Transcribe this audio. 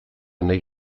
nahi